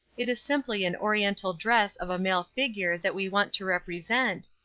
it is simply an oriental dress of a male figure that we want to represent,